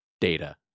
data